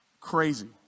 crazy